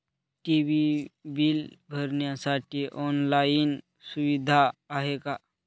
TV bill भरण्यासाठी online सुविधा आहे का?